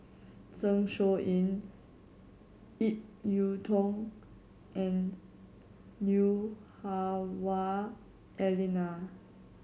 Zeng Shouyin Ip Yiu Tung and Lui Hah Wah Elena